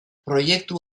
proiektu